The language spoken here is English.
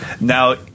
Now